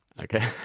Okay